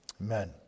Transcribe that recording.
Amen